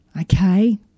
Okay